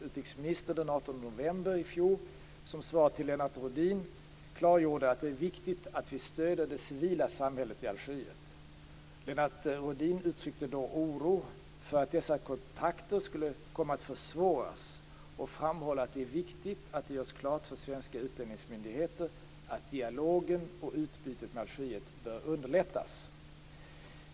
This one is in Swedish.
Utrikesministern har den 18 november 1997, som svar till Lennart Rohdin, klargjort att det är viktigt att vi stöder det civila samhället i Algeriet. Lennart Rohdin uttryckte då oro för att dessa kontakter skulle komma att försvåras och framhåller att det är viktigt att det görs klart för svenska utlänningsmyndigheter att dialogen och utbytet med Algeriet bör underlättas.